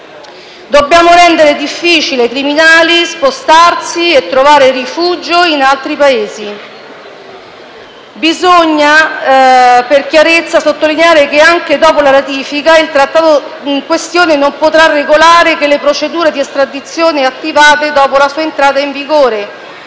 Dobbiamo rendere difficile ai criminali spostarsi e trovare rifugio in altri Paesi. Per chiarezza, bisogna sottolineare che, anche dopo la ratifica, il Trattato in questione non potrà regolare che le procedure di estradizione attivate dopo la sua entrata in vigore,